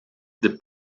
the